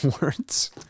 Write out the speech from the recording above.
words